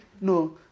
no